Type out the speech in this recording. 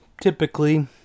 typically